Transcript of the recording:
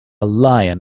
lion